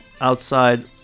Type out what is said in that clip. outside